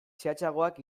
zehatzagoak